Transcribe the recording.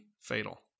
fatal